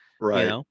Right